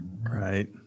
Right